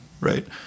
right